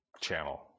channel